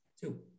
Two